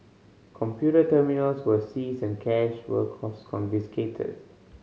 computer terminals were seized and cash was confiscated